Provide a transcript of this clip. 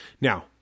Now